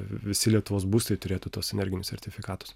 visi lietuvos būstai turėtų tuos energinius sertifikatus